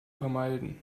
vermeiden